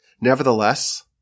Nevertheless